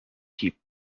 keep